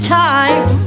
time